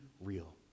real